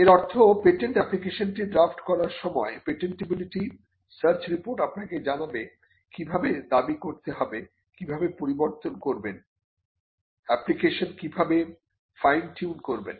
এর অর্থ পেটেন্ট অ্যাপ্লিকেশনটি ড্রাফট করার সময় পেটেন্টিবিলিটি সার্চ রিপোর্ট আপনাকে জানাবে কিভাবে দাবী করতে হবে কিভাবে পরিবর্তন করবেন অ্যাপ্লিকেশন কিভাবে ফাইন টিউন করবেন